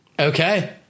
Okay